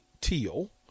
Teal